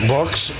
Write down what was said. books